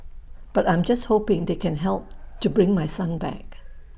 but I'm just hoping they can help to bring my son back